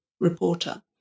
reporter